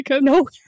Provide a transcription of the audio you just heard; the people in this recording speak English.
No